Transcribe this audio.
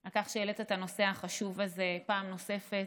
על כך שהעלית את הנושא החשוב הזה פעם נוספת.